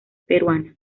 peruana